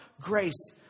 grace